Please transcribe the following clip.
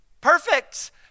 perfect